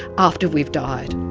after we've died.